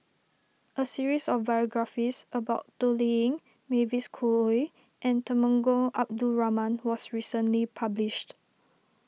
a series of biographies about Toh Liying Mavis Khoo Oei and Temenggong Abdul Rahman was recently published